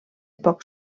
poc